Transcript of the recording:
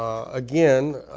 again,